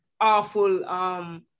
awful